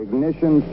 Ignition